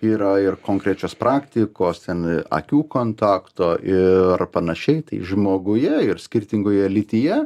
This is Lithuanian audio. yra ir konkrečios praktikos ten akių kontakto ir panašiai tai žmoguje ir skirtingoje lytyje